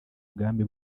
ubwami